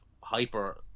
hyper